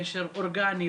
קשר אורגני,